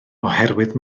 oherwydd